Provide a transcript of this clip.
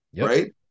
Right